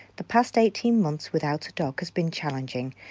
the past eighteen months without a dog has been challenging,